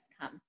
come